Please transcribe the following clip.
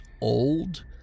old